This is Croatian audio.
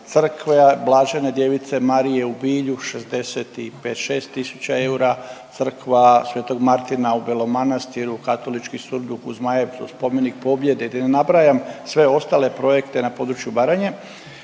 Crkve Blažene Djevice Marije u Bilju 65-'6 tisuća eura, Crkva sv. Martina u Belom Manastiru, Katolički surduk u Zmajevcu, Spomenik pobjede i da ne nabrajam sve ostale projekte na području Baranje,